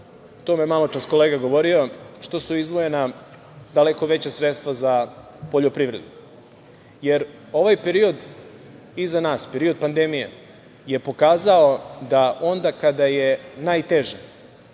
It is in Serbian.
tome je maločas kolega govorio, što su izdvojena daleko veća sredstva za poljoprivredu, jer ovaj period iza nas, period pandemije je pokazao da onda kada je najteže